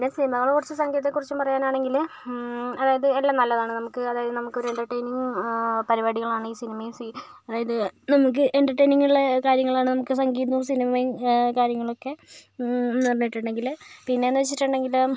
Indian സിനിമകളെക്കുറിച്ചും സംഗീതത്തെക്കുറിച്ചും പറയാനാണെങ്കില് അതായത് എല്ലാം നല്ലതാണ് നമുക്ക് അതായത് നമുക്കൊരു എൻറ്റർട്ടെയിനിങ് പരിപാടികളാണ് ഈ സിനിമയും സീ അതായത് നമുക്ക് എൻറ്റർട്ടെയിനിങ്ങുള്ള കാര്യങ്ങളാണ് നമുക്ക് സംഗീതവും സിനിമയും കാര്യങ്ങളൊക്കെ എന്ന് പറഞ്ഞിട്ടുണ്ടെങ്കില് പിന്നെന്നു വെച്ചിട്ടുണ്ടെങ്കില്